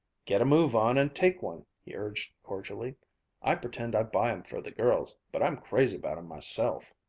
get a move on and take one, he urged cordially i pretend i buy em for the girls, but i'm crazy about em myself,